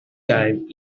time